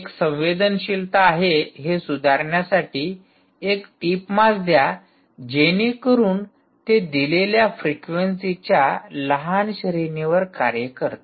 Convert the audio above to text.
एक संवेदनशीलता आहे हे सुधारण्यासाठी एक टीप मास द्या जेणेकरून ते दिलेल्या फ्रिक्वेंसीच्या लहान श्रेणीवर कार्य करते